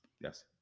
Yes